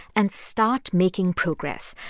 and start making progress.